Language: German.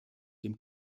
dem